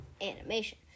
animation